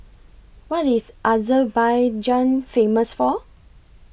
What IS Azerbaijan Famous For